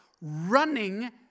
running